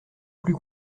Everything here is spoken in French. plus